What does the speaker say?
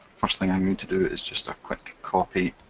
first thing i'm going to do is just a quick copy